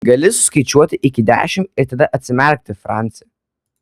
gali suskaičiuoti iki dešimt ir tada atsimerkti franci